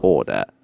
Order